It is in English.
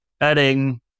adding